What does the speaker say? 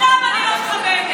אותם אני לא מכבדת.